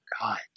God